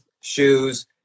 shoes